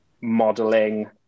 modeling